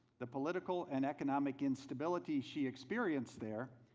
the political and economic instability she experienced there,